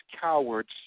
cowards